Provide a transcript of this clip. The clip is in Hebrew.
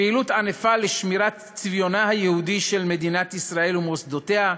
פעילות ענפה לשמירת צביונה היהודי של מדינת ישראל ומוסדותיה,